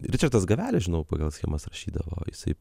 ričardas gavelis žinau pagal schemas rašydavo jisai